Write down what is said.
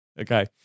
okay